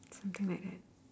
something like that